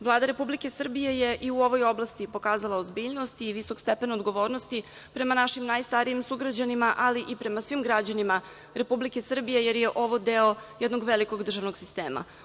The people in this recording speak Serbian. Vlada Republike Srbije je i u ovoj oblasti pokazala ozbiljnost i visok stepen odgovornosti prema našim najstarijim sugrađanima, ali i prema svim građanima Republike Srbije, jer je ovo deo jednog velikog državnog sistema.